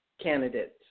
candidates